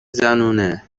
زنونه